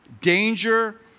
danger